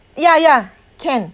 ya ya can